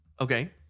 Okay